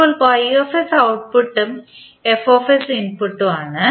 ഇപ്പോൾ ഔട്ട്പുട്ട് ഇൻപുട്ടും ആണ്